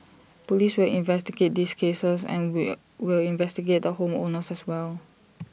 Police will investigate these cases and will we'll investigate the home owners as well